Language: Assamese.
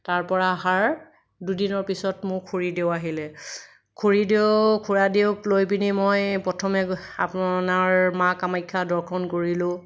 তাৰপৰা অহাৰ দুদিনৰ পিছত মোৰ খুৰীদেউ আহিলে খুৰীদেউ খুৰাদেউক লৈ পিনি মই প্ৰথমে আপোনাৰ মা কামাখ্যা দৰ্শন কৰিলোঁ